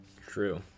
True